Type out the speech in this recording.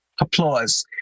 Applause